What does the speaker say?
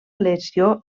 lesió